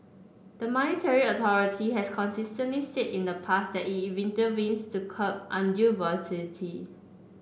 the monetary authority has consistently said in the past that it intervenes to curb undue volatility